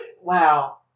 Wow